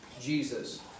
Jesus